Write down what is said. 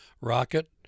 Rocket